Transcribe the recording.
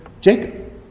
Jacob